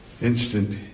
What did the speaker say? Instant